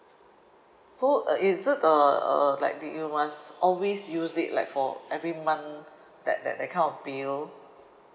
so uh is it uh uh like you must always use it like for every month that that that kind of bill